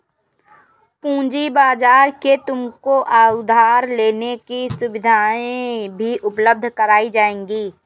पूँजी बाजार में तुमको उधार लेने की सुविधाएं भी उपलब्ध कराई जाएंगी